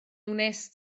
wnest